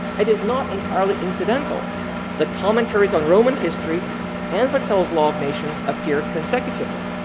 it is not entirely incidental that commentaries on roman history and vattel's law of nations appeared consecutively.